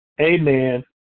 amen